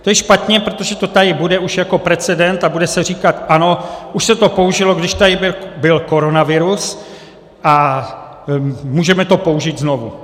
To je špatně, protože to tady bude už jako precedent a bude se říkat: ano, už se to použilo, když tady byl koronavirus, a můžeme to použít znovu.